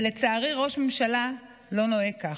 ולצערי ראש הממשלה לא נוהג כך.